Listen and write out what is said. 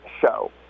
show